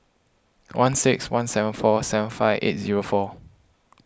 one six one seven four seven five eight zero four